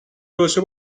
باشه